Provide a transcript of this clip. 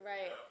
Right